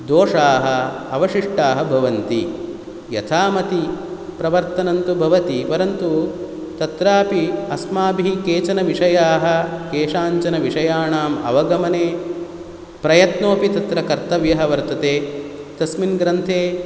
दोषाः अवशिष्टाः भवन्ति यथामति प्रवर्तनन्तु भवति परन्तु तत्रापि अस्माभिः केचन विषयाः केषाञ्चविषयाणाम् अवगमने प्रयत्नोपि तत्र कर्तव्यः वर्तते तस्मिन् ग्रन्थे